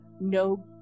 no